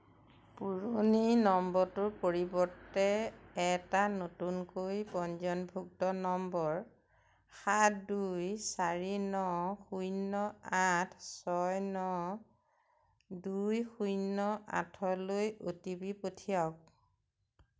পুৰণি নম্বৰটোৰ পৰিৱৰ্তে এটা নতুনকৈ পঞ্জীয়নভুক্ত নম্বৰ সাত দুই চাৰি ন শূন্য আঠ ছয় ন দুই শূন্য আঠলৈ অ' টি পি পঠিয়াওক